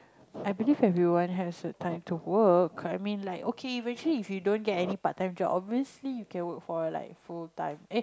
I believe everyone has a time to work I mean like okay eventually if you don't get any part time job obviously you can work for like full time eh